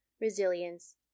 resilience